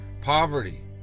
poverty